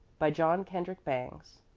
by john kendrick bangs.